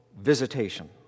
visitation